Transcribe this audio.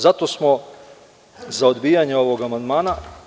Zato smo za odbijanje ovog amandmana.